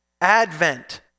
Advent